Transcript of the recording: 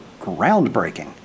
groundbreaking